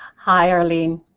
hi arlene.